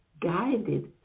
guided